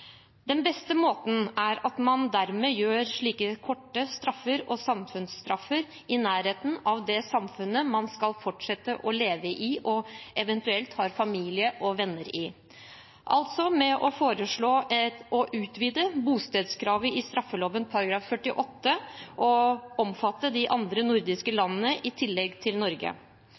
Den beste måten er at man soner slike korte straffer og samfunnsstraffer i nærheten av det samfunnet man skal fortsette å leve i, og eventuelt har familie og venner i. Det foreslås derfor å utvide bostedskravet i straffeloven § 48 til å omfatte de andre nordiske landene i tillegg til Norge.